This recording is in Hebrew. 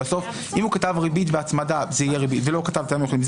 אם הוא כתב ריבית והצמדה ולא כתב טעמים מיוחדים,